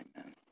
Amen